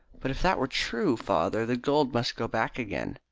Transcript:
but if that were true, father, the gold must go back again.